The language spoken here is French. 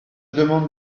demande